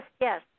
yes